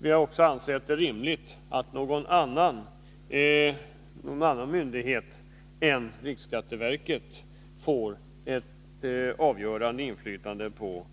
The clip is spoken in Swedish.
Vi har också ansett det rimligt att någon annan myndighet än riksskatteverket får ett avgörande inflytande på reglerna.